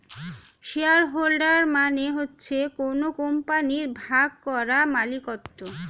share holder মানে হচ্ছে কোন কোম্পানির ভাগ করা মালিকত্ব